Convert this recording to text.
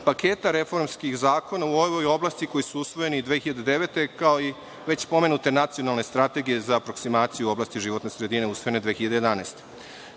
paketa reformskih zakona u ovoj oblasti u kojoj su usvojeni 2009. godine, kao i već pomenute Nacionalne strategije za aproksimaciju u oblasti životne sredine, usvojene 2011.